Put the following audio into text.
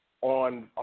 On